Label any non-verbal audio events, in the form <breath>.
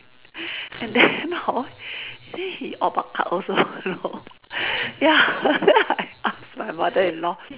<breath> and then hor then he orh bak kak also you know <laughs> ya <laughs> then I ask my mother-in-law